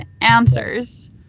answers